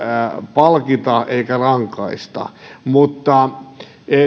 palkita eikä rangaista mutta